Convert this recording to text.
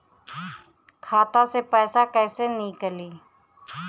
खाता से पैसा कैसे नीकली?